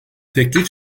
teklif